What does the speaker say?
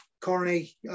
Corney